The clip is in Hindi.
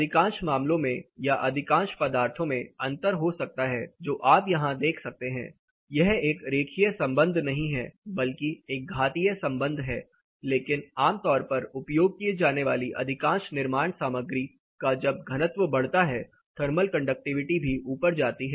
अधिकांश मामलों में या अधिकांश पदार्थों में अंतर हो सकता है जो आप यहां देख सकते हैं यह एक रेखीय संबंध नहीं है बल्कि एक घातीय संबंध है लेकिन आमतौर पर उपयोग किए जाने वाली अधिकांश निर्माण सामग्री का जब घनत्व बढ़ता है थर्मल कंडक्टिविटी भी ऊपर जाती है